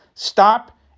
Stop